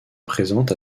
présente